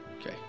Okay